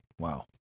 wow